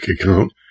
account